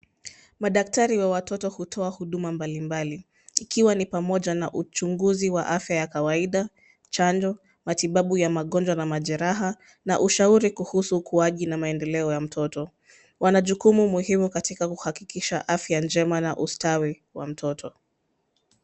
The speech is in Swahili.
Daktari wa watoto hutoa huduma mbalimbali ikiwa ni pamoja na uchunguzi wa afya ya kawaida, chanjo, matibabu ya magonjwa na majeraha na ushauri kuhusu ukuaji na maendeleo ya mtoto. Wana jukumu muhimu katika kuhakikisha afya njema na ustawi wa mtoto.